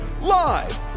Live